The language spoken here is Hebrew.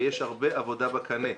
ויש הרבה עבודה בקנה,